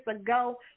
ago